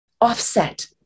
offset